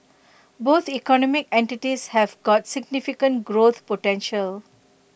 both economic entities have got significant growth potential